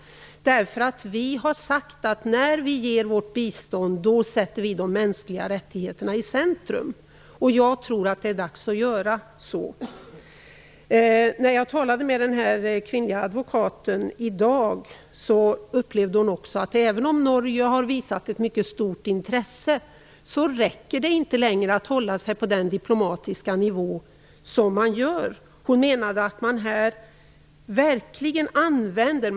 Vi har sagt att vi sätter de mänskliga rättigheterna i centrum när vi ger vårt bistånd. Jag tror att det är dags att göra så. När jag talade med den kvinnliga advokaten i dag sade hon också att hon upplevde att det inte längre räcker att hålla sig på den diplomatiska nivå som man hittills använt, även om Norge har visat ett mycket stort intresse.